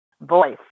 Voice